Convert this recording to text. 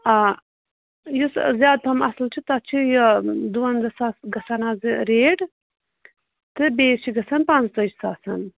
آ یُس زیادٕ پَہَم اَصٕل چھُ تَتھ چھِ یہِ دُوَنٛزاہ ساس گژھان اَز ریٹ تہٕ بیٚیِس چھِ گژھان پانٛژتٲج ساسَن